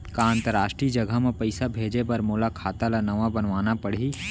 का अंतरराष्ट्रीय जगह म पइसा भेजे बर मोला खाता ल नवा बनवाना पड़ही?